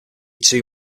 too